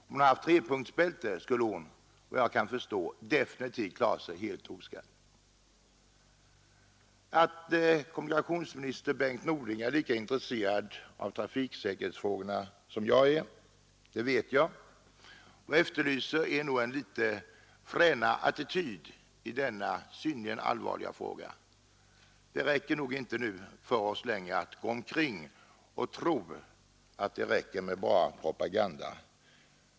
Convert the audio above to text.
Om hon hade haft trepunktsbälte, skulle hon, såvitt jag förstår, definitivt klarat sig helt oskadd. Jag vet att herr Norling är lika intresserad av trafiksäkerhetsfrågorna som jag. Vad jag efterlyser är bara en något fränare attityd i denna synnerligen allvarliga fråga. Det räcker inte längre för oss att gå omkring a KE NG 1 december 1972 och tro att det är tillräckligt med bara propaganda.